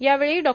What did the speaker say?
यावेळी डॉ